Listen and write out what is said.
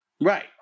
Right